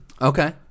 Okay